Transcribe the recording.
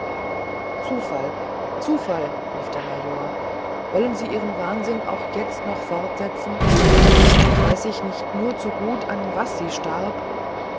zufall zufall rief der major wollen sie ihren wahnsinn auch jetzt noch fortsetzen weiß ich nicht nur zu gut an was sie starb